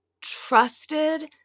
trusted